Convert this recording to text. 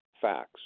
facts